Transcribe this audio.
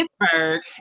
Pittsburgh